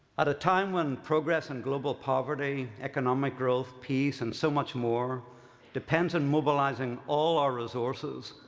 at a time when progress and global poverty, economic growth, peace, and so much more depends on mobilizing all our resources,